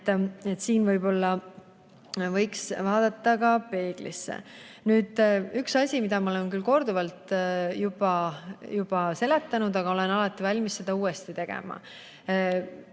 siin võib-olla võiks vaadata ka peeglisse. Nüüd, üks asi, mida ma olen korduvalt juba seletanud, aga olen alati valmis seda uuesti tegema.